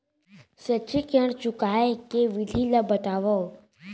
शैक्षिक ऋण चुकाए के विधि ला बतावव